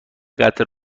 قطع